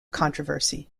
controversy